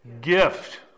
Gift